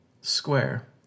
Square